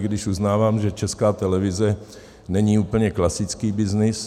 I když uznávám, že Česká televize není úplně klasický byznys.